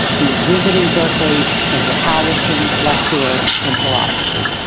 he's visiting berkeley as the howison lecturer in philosophy.